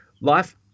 life